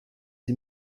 sie